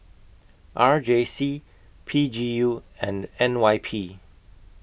R J C P G U and N Y P